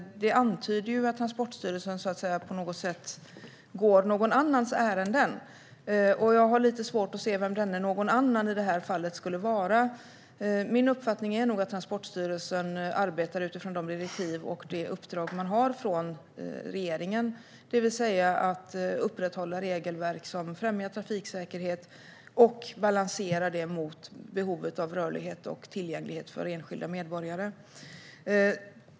Det antyder att Transportstyrelsen på något sätt går någon annans ärenden, och jag har lite svårt att se vem denne någon annan i det här fallet skulle vara. Min uppfattning är nog att Transportstyrelsen arbetar utifrån de direktiv och det uppdrag man har från regeringen, det vill säga att upprätthålla regelverk som främjar trafiksäkerhet och att balansera det mot behovet av rörlighet och tillgänglighet för enskilda medborgare.